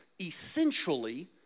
essentially